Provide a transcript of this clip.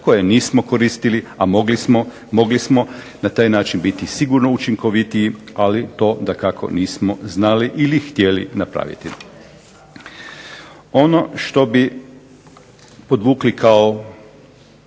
koja nismo koristili, a mogli smo na taj način biti sigurno učinkovitiji, ali to dakako nismo znali ili htjeli napraviti. Ono što bi podvukli kao